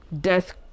death